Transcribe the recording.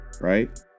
right